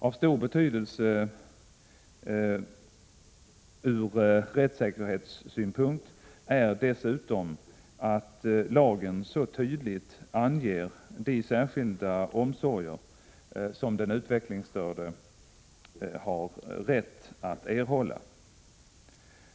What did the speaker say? Av stor betydelse ur rättssäkerhetssynpunkt är dessutom att lagen så tydligt anger de särskilda omsorger som den psykiskt utvecklingsstörde har rätt att erhålla.